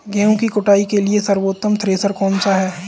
गेहूँ की कुटाई के लिए सर्वोत्तम थ्रेसर कौनसा है?